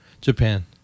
Japan